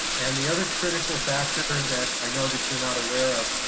and the other critical factor that i know that you're not aware of,